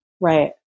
Right